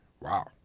Wow